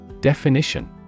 Definition